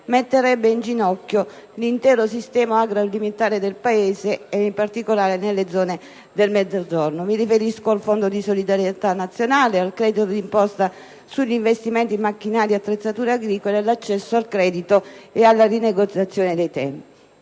metterebbe in ginocchio l'intero sistema agroalimentare del Paese, in particolare delle zone del Mezzogiorno. Mi riferisco al fondo di solidarietà nazionale, al credito di imposta sugli investimenti relativi a macchinari e attrezzature agricole, all'accesso al credito e alla rinegoziazione dei tempi.